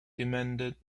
demanded